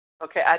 Okay